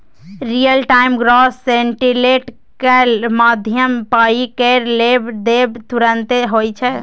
real time gross settlement केर माध्यमसँ पाइ केर लेब देब तुरते होइ छै